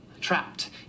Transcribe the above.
Trapped